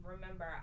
remember